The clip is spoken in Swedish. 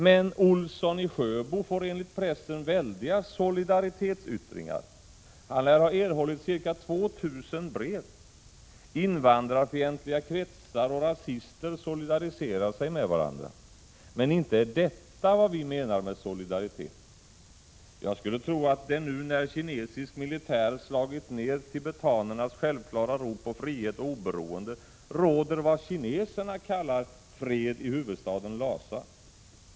Men Ohlsson i Sjöbo får enligt pressen väldiga solidaritetsyttringar. Han lär ha erhållit ca 2 000 brev. Invandrarfientliga kretsar och rasister solidariserar sig med varandra. Men inte är detta vad vi menar med solidaritet. Jag skulle tro att det nu, när kinesisk militär slagit ner tibetanernas självklara rop på frihet och oberoende, råder vad kineserna kallar fred i huvudstaden Lhasa.